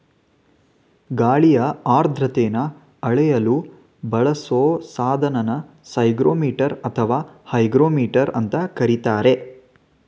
ಗಾಳಿಯ ಆರ್ದ್ರತೆನ ಅಳೆಯಲು ಬಳಸೊ ಸಾಧನನ ಸೈಕ್ರೋಮೀಟರ್ ಅಥವಾ ಹೈಗ್ರೋಮೀಟರ್ ಅಂತ ಕರೀತಾರೆ